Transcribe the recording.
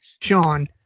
Sean